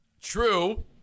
true